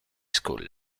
school